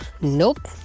Nope